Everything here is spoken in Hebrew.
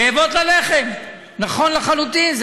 רעבות ללחם, נכון לחלוטין.